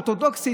אורתודוקסית,